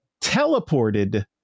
teleported